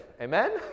amen